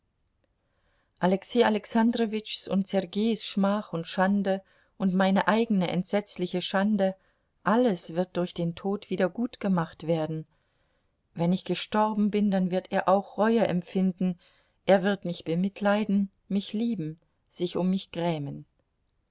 alexei alexandrowitschs und sergeis schmach und schande und meine eigene entsetzliche schande alles wird durch den tod wiedergutgemacht werden wenn ich gestorben bin dann wird er auch reue empfinden er wird mich bemitleiden mich lieben sich um mich grämen